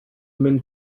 men